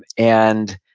and